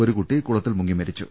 ഒരുകുട്ടി കുളത്തിൽ മുങ്ങി മരിച്ചു